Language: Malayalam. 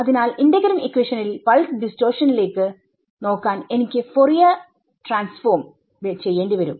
അതിനാൽ ഇന്റഗ്രൽ ഇക്വേഷനിൽ പൾസ് ഡിസ്ട്ടോഷനിലേക്ക് നോക്കാൻ എനിക്ക് ഫോറിയർ ട്രാൻസ്ഫോംfourier tചെയ്യേണ്ടി വരും